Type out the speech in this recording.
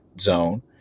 zone